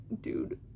dude